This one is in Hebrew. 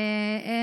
מה קרה?